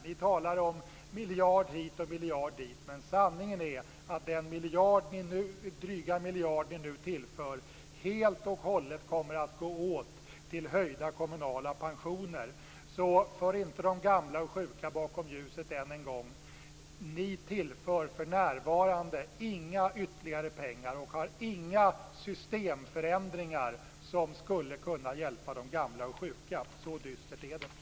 Ni talar om en miljard hit och en miljard dit, men sanningen är att den dryga miljard ni nu tillför helt och hållet kommer att gå åt till höjda kommunala pensioner. För alltså inte de gamla och sjuka bakom ljuset än en gång! Ni tillför för närvarande inga ytterligare pengar och har inga systemförändringar som skulle kunna hjälpa de gamla och sjuka. Så dystert är det.